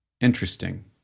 interesting